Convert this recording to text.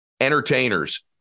entertainers